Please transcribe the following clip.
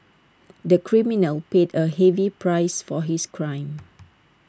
the criminal paid A heavy price for his crime